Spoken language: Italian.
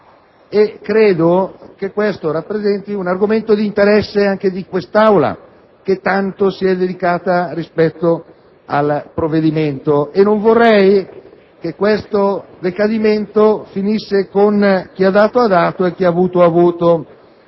Credo che ciò rappresenti un argomento di interesse anche di quest'Aula, che tanto si è dedicata a quel provvedimento. Non vorrei che il decadimento finisse con un «chi ha dato ha dato, chi ha avuto ha avuto».